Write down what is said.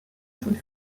schon